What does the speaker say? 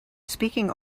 speaking